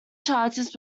charges